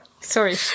Sorry